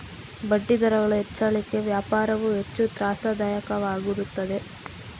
ಬಡ್ಡಿದರಗಳ ಹೆಚ್ಚಳಕ್ಕೆ ವ್ಯಾಪಾರವು ಹೆಚ್ಚು ತ್ರಾಸದಾಯಕವಾಗಿರುತ್ತದೆ